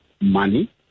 money